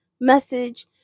message